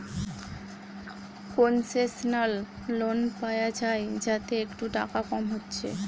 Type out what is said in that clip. concessional loan পায়া যায় যাতে একটু টাকা কম হচ্ছে